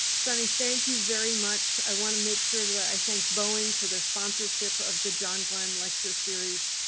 sunny, thank you very much. i wanna make sure that i thank boeing for their sponsorship of the john glenn lecture series,